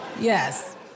Yes